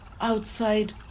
outside